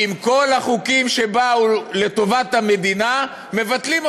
כל החוקים שבאו לטובת המדינה, מבטלים אותם.